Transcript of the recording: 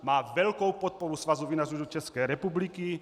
Má velkou podporu Svazu vinařů České republiky.